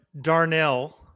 Darnell